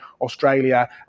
Australia